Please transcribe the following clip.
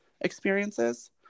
experiences